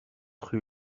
rue